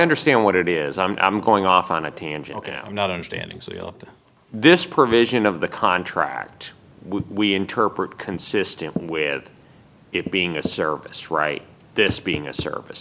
understand what it is i'm going off on a tangent i'm not understanding so will this provision of the contract we interpret consistent with it being a service right this being a service